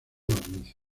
barniz